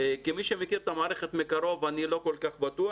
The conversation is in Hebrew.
כמי שמכיר את המערכת מקרוב, אני לא כל כך בטוח.